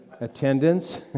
attendance